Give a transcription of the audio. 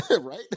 Right